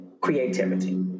creativity